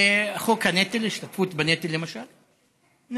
למשל בחוק ההשתתפות בנטל נמנענו.